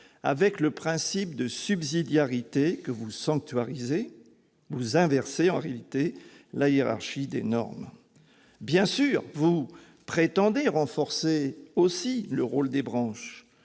Avec le principe de subsidiarité que vous sanctuarisez, vous inversez, en réalité, la hiérarchie des normes. Bien sûr, vous prétendez renforcer aussi le rôle des branches,